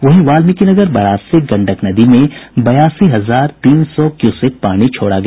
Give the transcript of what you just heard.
वहीं वाल्मिकीनगर बराज से गंडक नदी में बयासी हजार तीन सौ क्यूसेक पानी छोड़ा गया